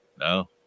No